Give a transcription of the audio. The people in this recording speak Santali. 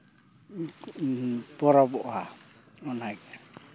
ᱯᱚᱨᱚᱵᱚᱜᱼᱟ ᱚᱱᱟᱜᱮ